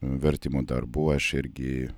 vertimų darbų aš irgi